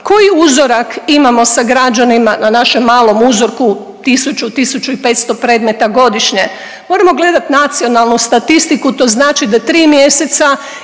koji uzorak imamo sa građanima na našem malom uzorku tisuću, 1500 predmeta godišnje moramo gledati nacionalnu statistiku, to znači da tri mjeseca